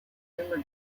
consumer